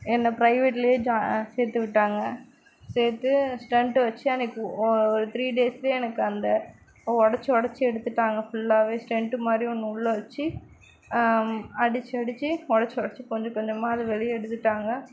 என்ன பிரைவேட்லேயே சேர்த்துவிட்டாங்க சேர்த்து ஸ்டென்ட்டு வச்சு அனுப்பி த்ரீ டேஸ்லேயே எனக்கு அந்த உடச்சி உடச்சி எடுத்துட்டாங்க ஃபுல்லாகவே ஸ்டென்ட்டு மாதிரி ஒன்று உள்ளே வச்சு அடித்து அடித்து உடச்சி உடச்சி கொஞ்சம் கொஞ்சமாக அதை வெளியே எடுத்துவிட்டாங்க